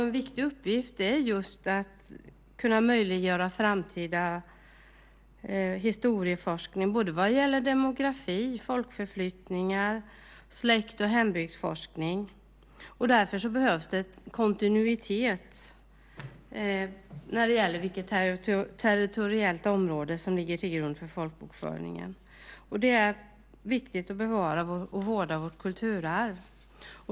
En viktig uppgift är just att möjliggöra framtida historieforskning, vad gäller såväl demografi och folkförflyttningar som släkt och hembygdsforskning. Därför behövs det kontinuitet när det gäller vilket territoriellt område som ligger till grund för folkbokföringen. Det är också viktigt att bevara och vårda vårt kulturarv.